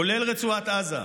כולל רצועת עזה.